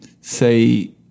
say